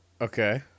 Okay